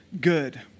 good